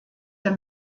der